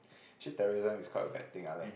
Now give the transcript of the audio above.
actually terrorism is quite a bad thing ah like